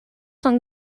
son